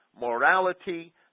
morality